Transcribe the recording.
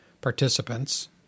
participants